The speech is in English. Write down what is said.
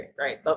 right